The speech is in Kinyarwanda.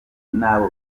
n’abo